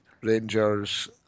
Rangers